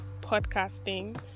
podcasting